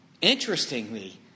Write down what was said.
interestingly